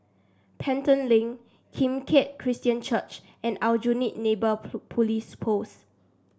Pelton Link Kim Keat Christian Church and Aljunied Neighbour Police Post